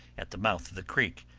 at the mouth of the creek,